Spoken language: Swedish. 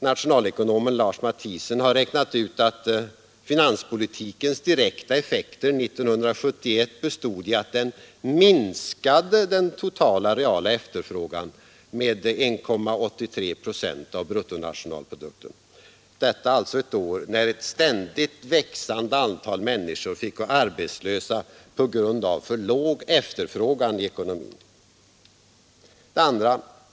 Nationalekonomen Lars Matthiessen har räknat ut att finanspolitikens direkta effekter 1971 bestod i att den minskade den totala reala efterfrågan med 1,83 procent av bruttonationalprodukten — detta alltså ett år när ett ständigt växande antal människor fick gå arbetslösa på grund av för låg efterfrågan i ekonomin. 2.